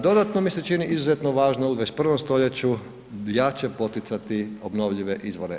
Dodatno mi se čini izuzetno važno u 21. stoljeću jace poticati obnovljive izvore